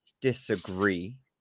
disagree